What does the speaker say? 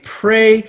pray